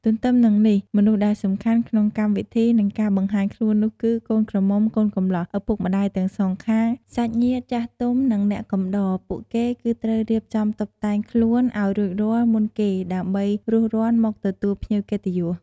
ទន្ទឹមនឹងនេះ មនុស្សដែលសំខាន់ក្នុងកម្មវិធីនិងការបង្ហាញខ្លួននោះគឺ កូនក្រមុំកូនកំលោះ ឪពុកម្តាយទាំងសងខាង សាច់ញាតិចាស់ទុំ និងអ្នកកំដរ ពួកគេគឺត្រូវរៀបចំតុបតែងខ្លួនឲ្យរួចរាល់មុនគេដើម្បីរួសរាន់មកទទួលភ្ញៀវកិត្តិយស។